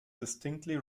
distinctly